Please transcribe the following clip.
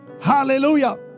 hallelujah